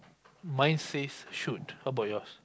mine says shoot how about yours